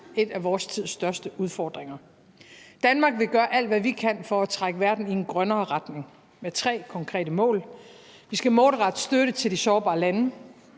en af vores tids største udfordringer. I Danmark vil vi gøre alt, hvad vi kan, for at trække verden i en grønnere retning med tre konkrete mål: Vi skal målrette støtte til de sårbare lande,